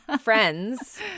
friends